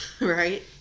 right